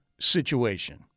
situation